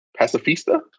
Pacifista